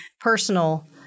personal